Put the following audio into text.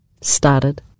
started